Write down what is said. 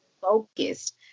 focused